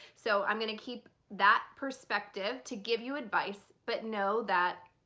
so i'm gonna keep that perspective to give you advice but know that